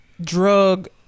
drug